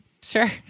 sure